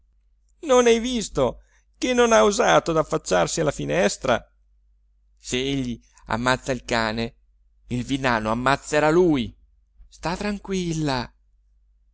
non hai visto che non ha osato d'affacciarsi alla finestra se egli ammazza il cane il villano ammazzerà lui stà tranquilla